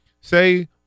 Say